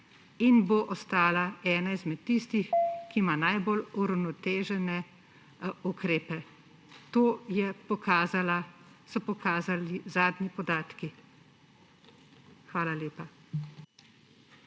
in bo ostala ena izmed tistih, ki ima najbolj uravnotežene ukrepe. To so pokazali zadnji podatki. Hvala lepa.